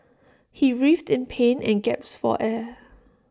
he writhed in pain and gasped for air